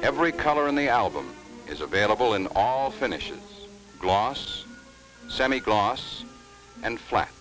every color in the album is available in all finishes gloss semi gloss and flat